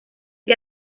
que